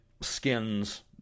skins